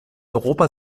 europa